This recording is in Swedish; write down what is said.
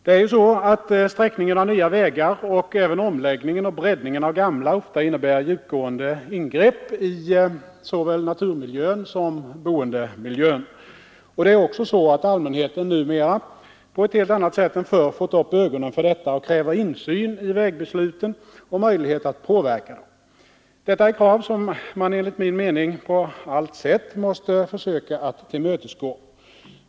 Det är ju så att sträckningen av nya vägar och även omläggningen och breddningen av gamla ofta innebär djupgående ingrepp i såväl naturmiljön som boendemiljön. Det är också så, att allmänheten numera på ett helt annat sätt än förr fått upp ögonen för detta och kräver insyn i vägbesluten och möjlighet att påverka dem. Detta är krav som man enligt min mening på allt sätt måste försöka att tillmötesgå.